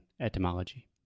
etymology